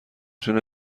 تونه